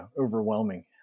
overwhelming